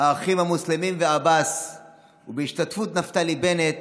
האחים המוסלמים ועבאס ובהשתתפות נפתלי בנט